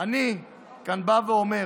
אני בא ואומר